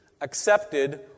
accepted